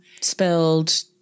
Spelled